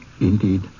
Indeed